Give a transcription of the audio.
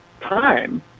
time